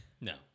no